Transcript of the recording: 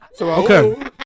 Okay